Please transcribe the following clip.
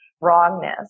wrongness